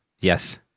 Yes